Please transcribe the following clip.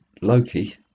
Loki